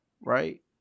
right